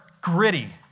gritty